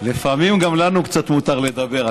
לפעמים גם לנו מותר קצת לדבר.